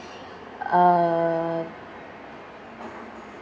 uh